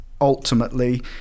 Ultimately